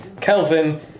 Kelvin